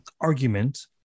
argument